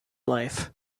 life